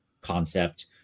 concept